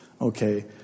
Okay